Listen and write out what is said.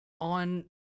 on